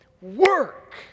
work